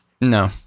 no